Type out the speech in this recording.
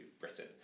Britain